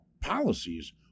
policies